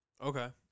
Okay